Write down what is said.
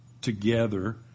together